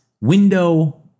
window